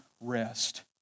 rest